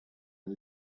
and